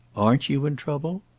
aren't you in trouble?